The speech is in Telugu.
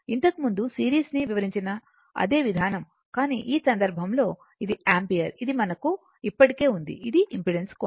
ఇంతకముందు సిరీస్ను ని వివరించిన అదే విధానం కానీ ఈ సందర్భంలో ఇది యాంపియర్ ఇది మనకు ఇప్పటికే ఉంది ఇది ఇంపెడెన్స్ కోణం